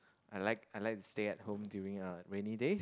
I like I like to stay at home during a rainy days